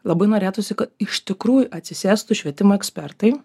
labai norėtųsi kad iš tikrųjų atsisėstų švietimo ekspertai